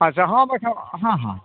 ᱟᱪᱪᱷᱟ ᱦᱚᱸ ᱵᱟᱪᱷᱟᱣ ᱦᱮᱸᱦᱮᱸ